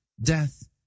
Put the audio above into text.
Death